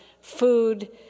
food